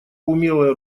умелое